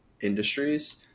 industries